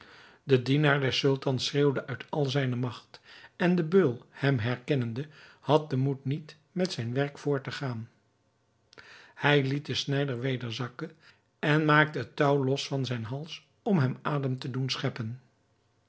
de dienaar des sultans schreeuwde uit al zijne magt en de beul hem herkennende had den moed niet met zijn werk voort te gaan hij liet den snijder weder zakken en maakte het touw los van zijn hals om hem adem te doen scheppen